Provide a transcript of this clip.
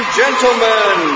gentlemen